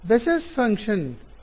basis function ಹೌದಲ್ಲ